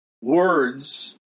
words